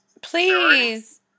Please